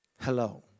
Hello